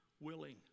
willing